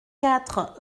quatre